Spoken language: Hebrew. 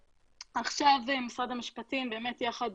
משרד המשפטים, יחד